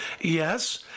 Yes